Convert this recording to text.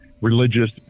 religious